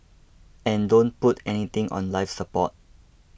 and don't put anything on life support